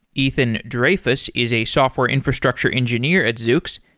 ethan dreyfuss is a software infrastructure engineer at zoox.